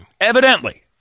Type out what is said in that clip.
Evidently